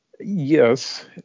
Yes